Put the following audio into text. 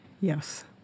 Yes